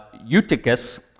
Eutychus